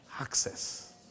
access